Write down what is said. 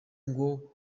ngo